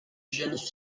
jeune